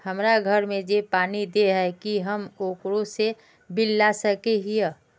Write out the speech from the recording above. हमरा घर में जे पानी दे है की हम ओकरो से बिल ला सके हिये?